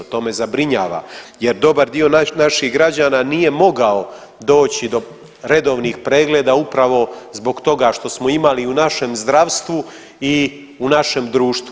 To me zabrinjava, jer dobar dio naših građana nije mogao doći do redovnih pregleda upravo zbog toga što smo imali i u našem zdravstvu i u našem društvu.